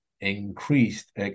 increased